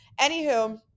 anywho